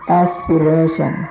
aspiration